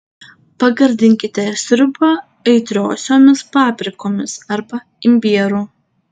pagardinkite sriubą aitriosiomis paprikomis arba imbieru